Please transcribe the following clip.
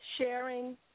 sharing